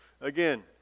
Again